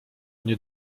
nie